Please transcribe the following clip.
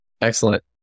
Excellent